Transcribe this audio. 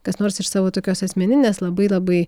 kas nors iš savo tokios asmeninės labai labai